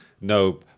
no